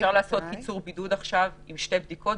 ועכשיו אפשר לעשות קיצור בידוד אחרי שתי בדיקות,